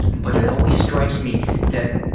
but it always strikes me that